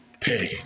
pay